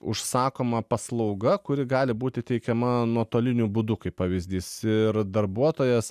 užsakoma paslauga kuri gali būti teikiama nuotoliniu būdu kaip pavyzdys ir darbuotojas